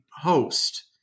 host